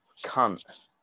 Cunt